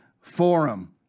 Forum